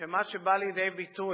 שמה שבא לידי ביטוי